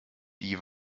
die